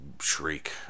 shriek